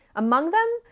among them?